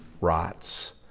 rots